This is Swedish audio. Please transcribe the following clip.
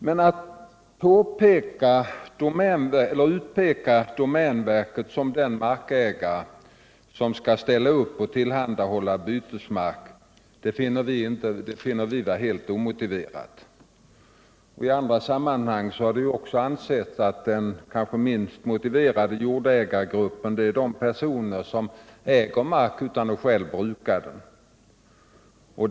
Men att utpeka domänverket som den markägare som skall ställa upp och tillhandahålla bytesmark finner vi vara helt omotiverat. I andra sammanhang har det ansetts att den kanske minst motiverade jordägargruppen utgörs av de personer som äger mark utan att själva bruka den.